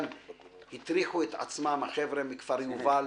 הטריחו את עצמם החבר'ה מכפר יובל,